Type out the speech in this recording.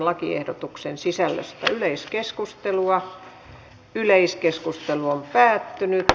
lakiehdotuksen ensimmäinen käsittely päättyi